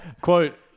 Quote